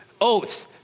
Oaths